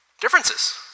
Differences